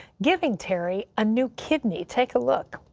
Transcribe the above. giving terry a new kidney. take a look.